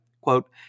quote